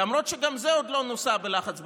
למרות שגם זה עוד לא נוסה בלחץ בין-לאומי.